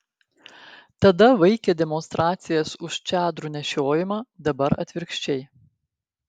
tada vaikė demonstracijas už čadrų nešiojimą dabar atvirkščiai